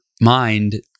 mind